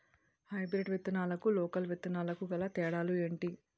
Hybrid విత్తనాలకు local విత్తనాలకు గల తేడాలు ఏంటి?